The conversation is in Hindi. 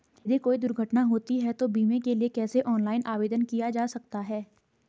यदि कोई दुर्घटना होती है तो बीमे के लिए कैसे ऑनलाइन आवेदन किया जा सकता है?